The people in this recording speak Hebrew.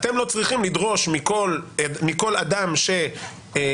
אתם לא צריכים לדרוש מכל אדם שמגיע